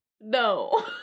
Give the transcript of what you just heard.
No